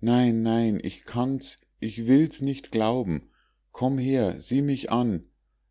nein nein ich kann's ich will's nicht glauben komm her sieh mich an